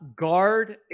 Guard